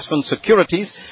Securities